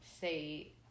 say